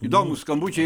įdomūs skambučiai